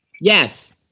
Yes